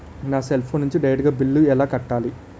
నా cell phone నుంచి direct గా బిల్లు ఎలా కట్టాలి?